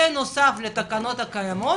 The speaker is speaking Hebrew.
בנוסף לתקנות הקיימות,